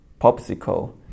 popsicle